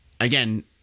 again